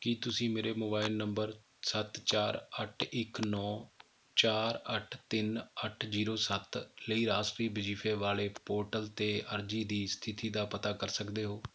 ਕੀ ਤੁਸੀਂ ਮੇਰੇ mobile number ਸੱਤ ਚਾਰ ਅੱਠ ਇੱਕ ਨੌਂ ਚਾਰ ਅੱਠ ਤਿੰਨ ਅੱਠ ਜ਼ੀਰੋ ਸੱਤ ਲਈ ਰਾਸ਼ਟਰੀ ਵਜੀਫ਼ੇ ਵਾਲੇ ਪੋਰਟਲ 'ਤੇ ਅਰਜ਼ੀ ਦੀ ਸਥਿਤੀ ਦਾ ਪਤਾ ਕਰ ਸਕਦੇ ਹੋ